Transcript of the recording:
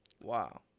Wow